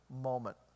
moment